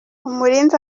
umurinzi